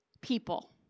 people